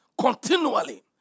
continually